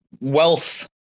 wealth